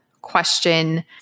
question